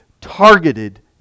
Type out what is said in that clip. targeted